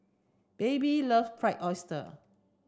baby love fried oyster